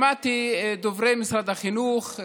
שמעתי את דוברי משרד החינוך,